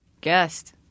guest